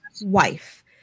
Wife